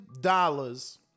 dollars